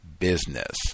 business